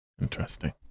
Interesting